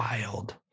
wild